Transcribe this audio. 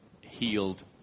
healed